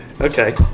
okay